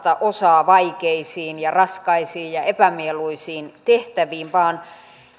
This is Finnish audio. osaa vaikeisiin ja raskaisiin ja epämieluisiin tehtäviin vaan